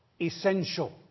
essential